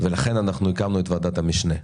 ולכן הקמנו את ועדת המשנה,